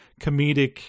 comedic